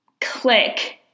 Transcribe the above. click